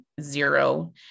zero